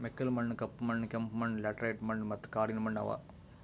ಮೆಕ್ಕಲು ಮಣ್ಣ, ಕಪ್ಪು ಮಣ್ಣ, ಕೆಂಪು ಮಣ್ಣ, ಲ್ಯಾಟರೈಟ್ ಮಣ್ಣ ಮತ್ತ ಕಾಡಿನ ಮಣ್ಣ ಅವಾ